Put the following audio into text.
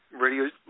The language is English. radio